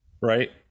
right